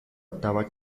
octava